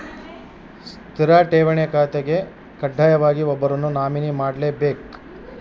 ಸ್ಥಿರ ಠೇವಣಿ ಖಾತೆಗೆ ಕಡ್ಡಾಯವಾಗಿ ಒಬ್ಬರನ್ನು ನಾಮಿನಿ ಮಾಡ್ಲೆಬೇಕ್